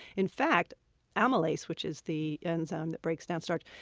in fact amylase, which is the enzyme that breaks down starch,